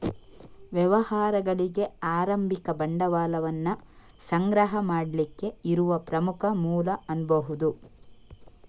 ವ್ಯವಹಾರಗಳಿಗೆ ಆರಂಭಿಕ ಬಂಡವಾಳವನ್ನ ಸಂಗ್ರಹ ಮಾಡ್ಲಿಕ್ಕೆ ಇರುವ ಪ್ರಮುಖ ಮೂಲ ಅನ್ಬಹುದು